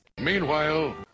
Meanwhile